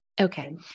Okay